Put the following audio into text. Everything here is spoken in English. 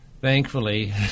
thankfully